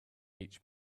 each